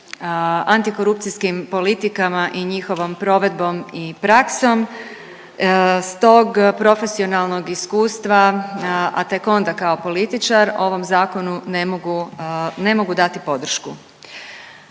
antikorupcijskim politikama i njihovom provedbom i praksom. Iz tog profesionalnog iskustva, a tek onda kao političar ovom zakonu ne mogu, ne mogu dati podršku.